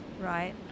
Right